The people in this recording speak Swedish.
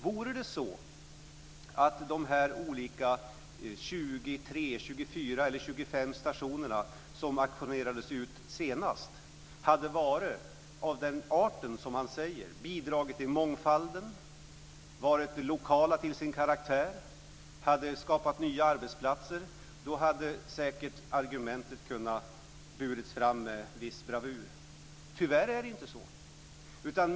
Vore det så att de olika 23, 24 eller 25 stationerna som senast auktionerades ut var av den art som han påstår, dvs. att de hade bidragit till mångfalden, varit lokala till sin karaktär och skapat nya arbetsplatser - då hade säkert det argumentet kunnat föras fram med viss bravur. Tyvärr är det inte så.